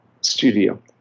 studio